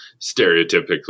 stereotypically